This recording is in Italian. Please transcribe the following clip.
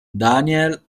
daniel